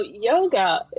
yoga